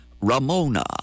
Ramona